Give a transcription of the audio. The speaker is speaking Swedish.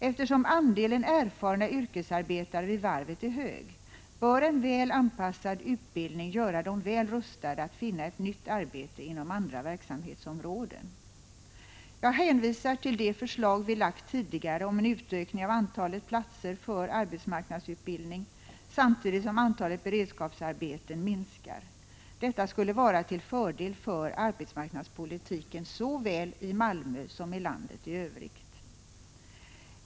Eftersom andelen erfarna yrkesarbetare vid varvet är stor, bör en väl anpassad utbildning göra dem bra rustade att finna ett nytt arbete inom andra verksamhetsområden. Jag hänvisar till det förslag vi har lagt fram tidigare om en utökning av antalet platser för arbetsmarknadsutbildning, samtidigt som antalet beredskapsarbeten minskar. Detta skulle vara till fördel för arbetsmarknadspolitiken, såväl i Malmö som i landet i övrigt.